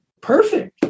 Perfect